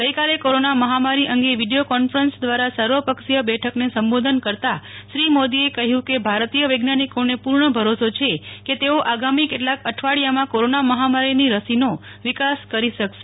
ગઈકાલે કોરોના મહામારી અંગે વિડિયોકોન્ફરન્સ દ્વારા સર્વપક્ષીય બેઠકને સંબોધન કરતાં શ્રી મોદીએ કહ્યું કે ભારતીય વૈજ્ઞાનિકોને પૂર્ણ ભરોસો છે કે તેઓ આગામી કેટલાક અઠવાડિયામાં કીરીનામહામારીની રસીનો વિકાસ કરી શકશે